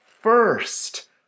first